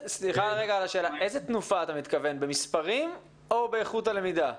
איזה תנופה אתה מתכוון, במספרים או באיכות הלמידה?